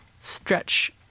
stretch